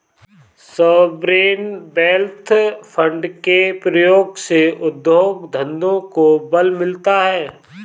sovereign wealth fund के प्रयोग से उद्योग धंधों को बल मिलता है